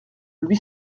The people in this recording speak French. lui